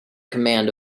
command